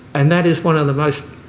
and that is one of the most